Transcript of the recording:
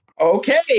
Okay